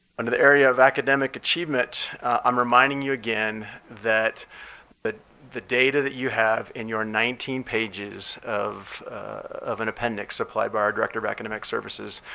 under the area of academic achievement i'm reminding you again that but the data that you have in your nineteen pages of of an appendix supplied by our director of academic services,